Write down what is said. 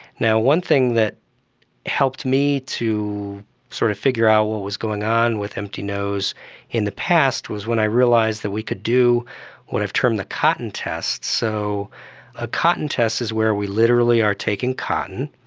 one thing that helped me to sort of figure out what was going on with empty nose in the past was when i realised that we could do what i've termed the cotton test. so a cotton test is where we literally are taking cotton,